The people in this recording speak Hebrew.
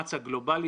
במאמץ הגלובלי.